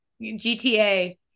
GTA